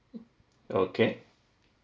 okay